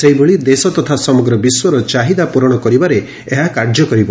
ସେହିଭଳି ଦେଶ ତଥା ସମଗ୍ର ବିଶ୍ୱର ଚାହିଦା ପୂରଣ କରିବାରେ ଏହାକାର୍ଯ୍ୟ କରିବ